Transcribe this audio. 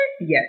yes